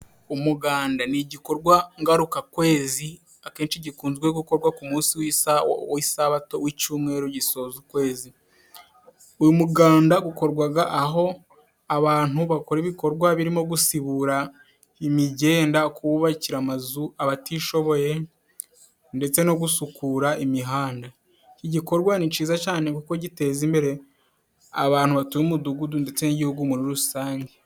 Umuganda ni igikorwa ngarukakwezi akenshi gikunze gukorwa ku munsi w'isaha w'isabato icyumweru gisoje ukwezi uyu muganda ukorwaga aho abantu bakora ibikorwa birimo gusibura imigenda kubakira amazu abatishoboye ndetse no gusukura imihanda. Iki gikorwa ni cyiza cyane kuko giteza imbere abantu batuye mu mudugudu ndetse n'igihugu muri rusange.